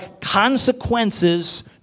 consequences